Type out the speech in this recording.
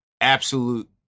absolute